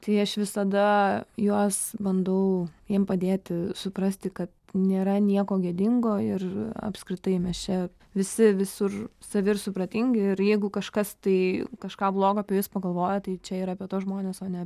tai aš visada juos bandau jiem padėti suprasti kad nėra nieko gėdingo ir apskritai mes čia visi visur savi ir supratingi ir jeigu kažkas tai kažką blogo apie jus pagalvoja tai čia yra apie tuos žmones o ne